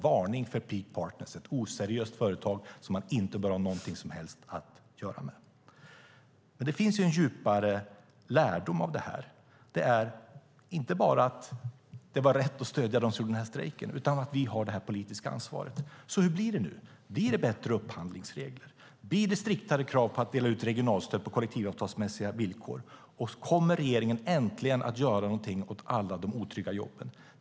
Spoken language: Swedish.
Varning för Peak Partners, ett oseriöst företag som man inte bör ha något som helst att göra med! Men det finns en djupare lärdom av det här. Det är inte bara att det var rätt att stödja dem som deltog i den här strejken utan också att vi har det här politiska ansvaret. Hur blir det nu? Blir det bättre upphandlingsregler? Blir det striktare krav på att man ska dela ut regionalstöd på kollektivavtalsmässiga villkor? Och kommer regeringen äntligen att göra någonting åt alla de otrygga jobben?